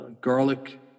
garlic